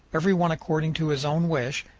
every one according to his own wish,